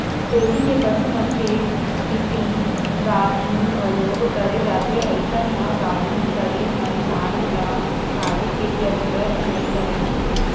dairy के पसु मन के कृतिम गाभिन घलोक करे जाथे अइसन म गाभिन करे म सांड ल पाले के जरूरत नइ परय